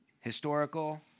historical